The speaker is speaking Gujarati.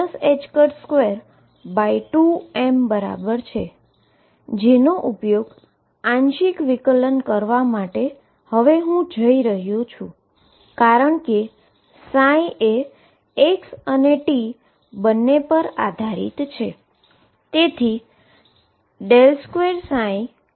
જે 22m બરાબર છે જેનો ઉપયોગ પાર્શીઅલ ડેરીવેટીવ કરવા માટે જઈ રહ્યો છું કારણ કે એ x અને t બંને પર આધારિત છે